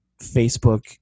Facebook